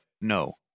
No